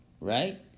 right